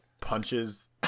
punches